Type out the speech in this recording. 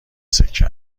سکه